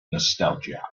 nostalgia